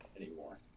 anymore